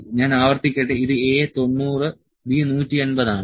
ഞാൻ ആവർത്തിക്കട്ടെ ഇത് A 90 B 180 ആണ്